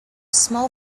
small